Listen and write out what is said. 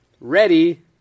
Ready